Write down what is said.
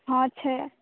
हॅं छै